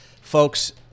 folks